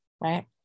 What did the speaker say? right